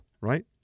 right